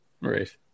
Right